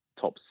top